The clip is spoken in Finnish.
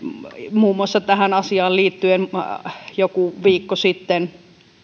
muun muassa tähän asiaan liittyen joku viikko sitten